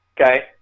Okay